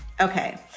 Okay